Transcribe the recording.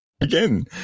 Again